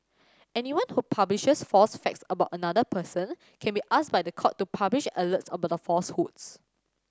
anyone who publishes false facts about another person can be asked by the court to publish alerts about the falsehoods